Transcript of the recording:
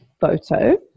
photo